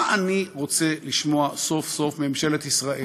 מה אני רוצה לשמוע סוף-סוף מממשלת ישראל,